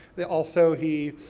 there also, he,